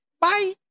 Bye